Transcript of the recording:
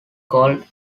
called